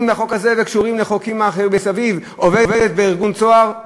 לחוק הזה וקשורים לחוקים מסביב עובדת בארגון "צהר"?